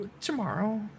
tomorrow